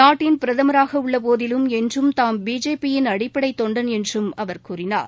நாட்டின் பிரதமராக உள்ள போதிலும் என்றும் தாம் பிஜேபியின் அடிப்படை தொண்டன் என்றும் அவர் கூறினார்